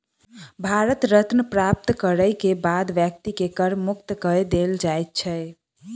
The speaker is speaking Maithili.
भारत रत्न प्राप्त करय के बाद व्यक्ति के कर मुक्त कय देल जाइ छै